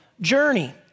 journey